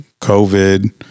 COVID